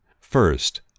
First